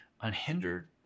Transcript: unhindered